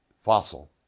fossil